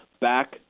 back